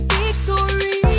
victory